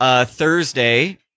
Thursday